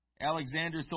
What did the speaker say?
Alexander